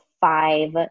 five